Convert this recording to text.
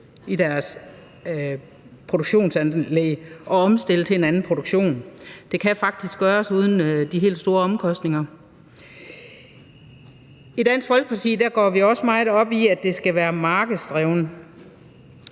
i deres produktionsanlæg at omstille til en anden produktion. Det kan faktisk gøres uden de helt store omkostninger. I Dansk Folkeparti går vi også meget op i, at det skal være markedsdrevet,